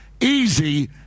easy